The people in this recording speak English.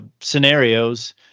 scenarios